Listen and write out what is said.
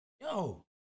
Yo